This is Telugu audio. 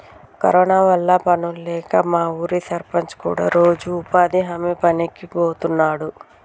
కరోనా వల్ల పనుల్లేక మా ఊరి సర్పంచ్ కూడా రోజూ ఉపాధి హామీ పనికి బోతన్నాడు